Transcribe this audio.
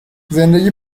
زندگی